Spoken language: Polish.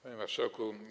Panie Marszałku!